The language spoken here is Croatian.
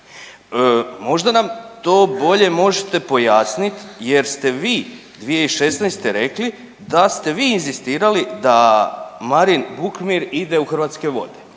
Možda nam to bolje možete pojasniti jer ste vi 2016. rekli da ste vi inzistirali da Marin Vukmir ide u Hrvatske vode.